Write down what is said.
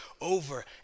over